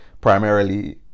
primarily